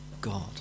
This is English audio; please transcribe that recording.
God